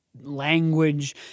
language